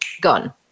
gone